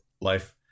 Life